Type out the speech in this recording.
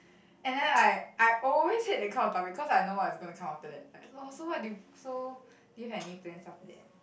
and then I I always hate that kind of topic cause I know what's going to come after that like so so do you so do you have any plans after that